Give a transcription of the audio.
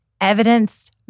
evidence